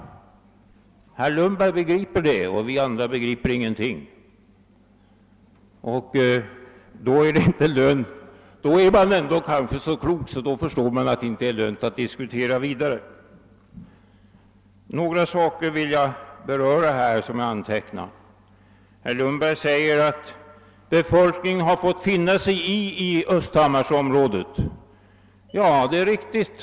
Herr Lundberg begriper detta och vi andra begriper ingenting. Då är man kanske ändå så klok att man förstår att det inte är lönt att diskutera vidare. Men några saker som jag har antecknat vill jag ändå beröra. Herr Lundberg säger att invånarna i Östhammarsområdet har fått finna sig i förhållandena. Det är riktigt.